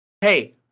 hey